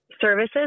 services